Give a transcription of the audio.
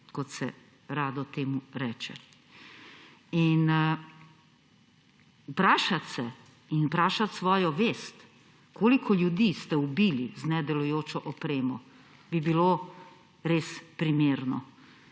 kot se rado temu reče. In vprašati se in vprašati svojo vest, koliko ljudi ste ubili z nedelujočo opremo, bi bilo res primerno,